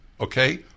Okay